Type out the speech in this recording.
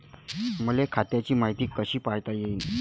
मले खात्याची मायती कशी पायता येईन?